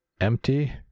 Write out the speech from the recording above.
empty